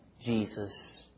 Jesus